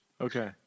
Okay